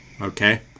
Okay